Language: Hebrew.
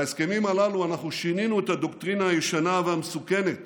בהסכמים הללו אנחנו שינינו את הדוקטרינה הישנה והמסוכנת